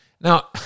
now